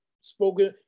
spoken